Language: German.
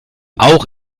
auch